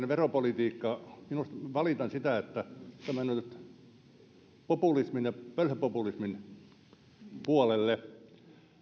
veropolitiikka valitan sitä että se on mennyt nyt populismin ja pölhöpopulismin puolelle